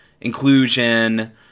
inclusion